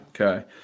Okay